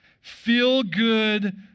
feel-good